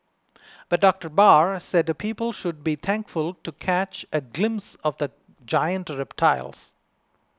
but Doctor Barr said people should be thankful to catch a glimpse of giant reptiles